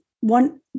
one